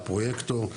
הפרויקטור,